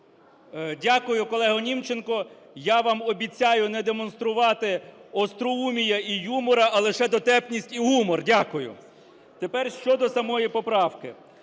Дякую, колего Німченко. Я вам обіцяю не демонструвати остроумие и юмора, а лише дотепність і гумор. Дякую. Тепер щодо самої поправки.